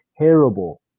terrible